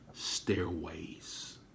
Stairways